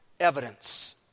evidence